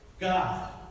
God